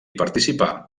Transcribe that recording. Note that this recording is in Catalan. participà